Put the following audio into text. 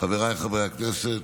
חברי הכנסת,